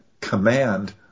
command